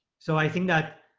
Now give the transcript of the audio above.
so i think that,